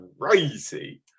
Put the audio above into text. crazy